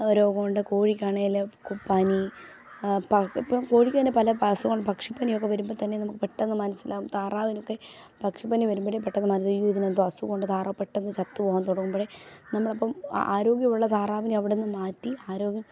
ആ രോഗമുണ്ട് കോഴിക്കാണേല് പനി ഇപ്പം കോഴിക്ക് തന്നെ പല അസുഖമുണ്ട് പക്ഷി പനിയൊക്കെ വരുമ്പം തന്നെ നമുക്ക് പെട്ടെന്ന് മനസ്സിലാവും താറാവിനൊക്കെ പക്ഷിപ്പനി വരുമ്പഴേ പെട്ടെന്ന് അയ്യോ ഇതിനെന്തോ അസുഖമുണ്ട് താറാവ് പെട്ടെന്ന് ചത്തു പോകാൻ തുടങ്ങുമ്പോഴേ നമ്മളപ്പം ആരോഗ്യവുള്ള താറാവിനെ അവിടുന്ന് മാറ്റി ആരോഗ്യം